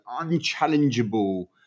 unchallengeable